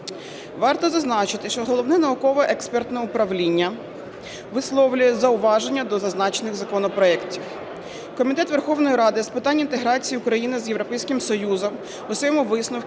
Варто зазначити, що Головне науково-експертне управління висловлює зауваження до зазначених законопроектів. Комітет Верховної Ради з питань інтеграції України з Європейським Союзом у своєму висновку